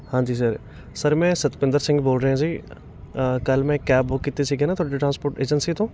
ਹਾਂਜੀ sir sir ਮੈਂ ਸਤਪਿੰਦਰ ਸਿੰਘ ਬੋਲ ਰਿਹਾ ਜੀ ਕੱਲ ਮੈਂ ਇੱਕ ਕੈਬ ਬੁੱਕ ਕੀਤੀ ਸੀਗੀ ਨਾ ਤੁਹਾਡੇ ਟਰਾਂਸਪੋਰਟ ਏਜੰਸੀ ਤੋਂ